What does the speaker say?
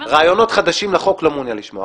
רעיונות חדשים לחוק לא מעוניין לשמוע.